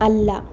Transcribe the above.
അല്ല